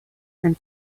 and